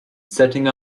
setting